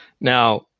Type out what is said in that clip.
now